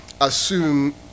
assume